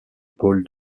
paul